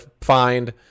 find